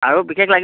আৰু বিশেষ লাগিব